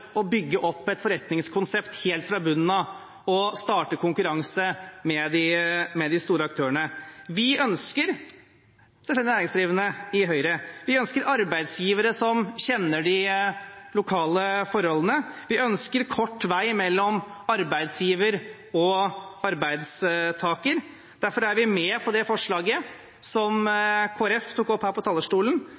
å bygge opp et forretningskonsept helt fra bunnen av og starte konkurranse med de store aktørene. Vi i Høyre ønsker selvstendig næringsdrivende. Vi ønsker arbeidsgivere som kjenner de lokale forholdene. Vi ønsker kort vei mellom arbeidsgiver og arbeidstaker. Derfor er vi med på det forslaget som Kristelig Folkeparti tok opp fra talerstolen,